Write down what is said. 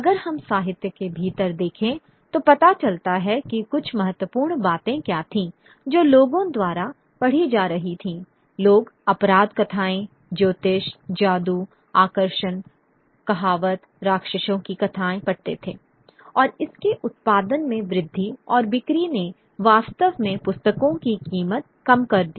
अगर हम साहित्य के भीतर देखें तो पता चलता है कि कुछ महत्वपूर्ण बातें क्या थीं जो लोगों द्वारा पढ़ी जा रही थीं लोग अपराध कथाएँ ज्योतिष जादू आकर्षण कहावत राक्षसों की कथाएँ पढ़ते थे और इसके उत्पादन में वृद्धि और बिक्री ने वास्तव में पुस्तकों की कीमत कम कर दी